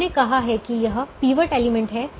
हमने कहा कि यह पिवट एलिमेंट है